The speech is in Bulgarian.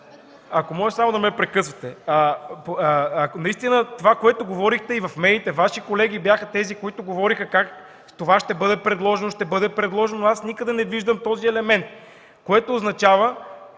Ако може, само не ме прекъсвайте. Това, което говорихте и в медиите, Ваши колеги бяха тези, които говориха как това ще бъде предложено, ще бъде предложено, но аз никъде не виждам този елемент, което означава,